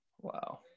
wow